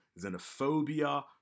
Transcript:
xenophobia